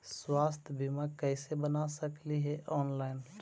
स्वास्थ्य बीमा कैसे बना सकली हे ऑनलाइन?